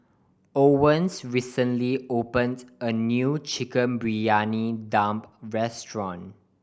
Owens recently opened a new Chicken Briyani Dum restaurant